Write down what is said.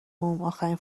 آخرین